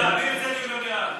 מי, דעה?